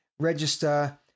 Register